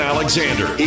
Alexander